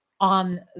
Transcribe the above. on